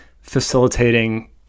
facilitating